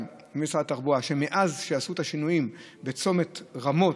וממשרד התחבורה היא שמאז שעשו את השינויים בצומת רמות,